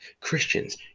Christians